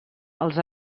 els